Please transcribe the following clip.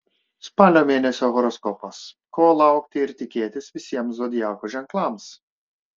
spalio mėnesio horoskopas ko laukti ir tikėtis visiems zodiako ženklams